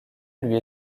lui